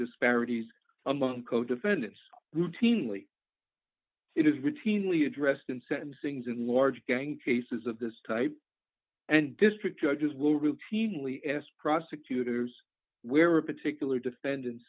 disparities among co defendants routinely it is routinely addressed in sentencings in large gang cases of this type and district judges will routinely ask prosecutors where particular defendant